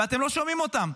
ואתם לא שומעים אותם.